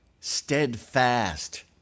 steadfast